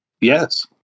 Yes